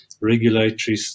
regulatory